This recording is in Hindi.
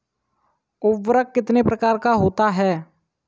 उर्वरक कितने प्रकार का होता है?